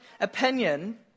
opinion